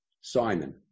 Simon